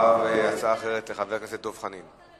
אחריו, הצעה אחרת לחבר הכנסת דב חנין.